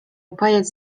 upajać